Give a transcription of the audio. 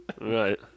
Right